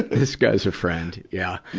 this guy's a friend. yeah.